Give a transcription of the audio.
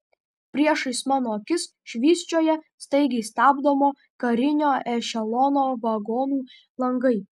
priešais mano akis švysčioja staigiai stabdomo karinio ešelono vagonų langai